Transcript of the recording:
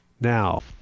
now